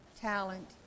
talent